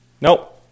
Nope